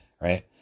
Right